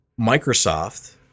Microsoft